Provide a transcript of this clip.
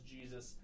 Jesus